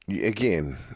again